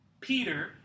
Peter